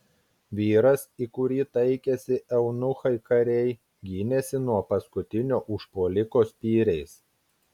vyras į kurį taikėsi eunuchai kariai gynėsi nuo paskutinio užpuoliko spyriais